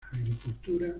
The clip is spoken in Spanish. agricultura